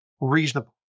reasonable